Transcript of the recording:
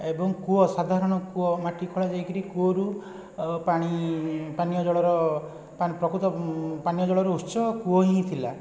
ଏବଂ କୂଅ ସାଧାରଣ କୂଅ ମାଟି ଖୋଳା ଯାଇକରି କୂଅରୁ ପାଣି ପାନୀୟ ଜଳର ପ୍ରକୃତ ପାନୀୟ ଜଳର ଉତ୍ସ କୂଅ ହିଁ ଥିଲା